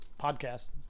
podcast